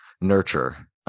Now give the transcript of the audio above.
nurture